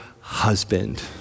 Husband